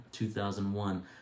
2001